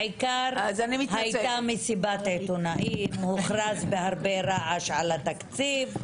העיקר הייתה מסיבת עיתונאים והוכרז בה בהרבה מאוד רעש על התקציב.